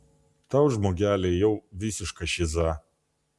tau žmogeli jau visiška šiza